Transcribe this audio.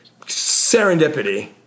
serendipity